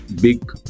big